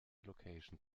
location